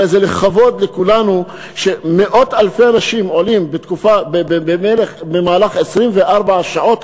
הרי זה לכבוד לכולנו שמאות אלפי אנשים עולים במהלך 24 שעות,